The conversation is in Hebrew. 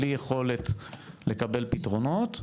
בלי יכולת לקבל פתרונות,